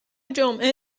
جمعه